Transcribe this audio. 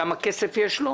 כמה כסף יש לו.